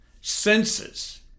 senses